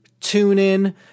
TuneIn